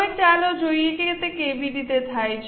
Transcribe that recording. હવે ચાલો જોઈએ કે તે કેવી રીતે થાય છે